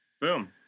Boom